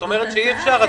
את אומרת שאי אפשר.